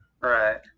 Right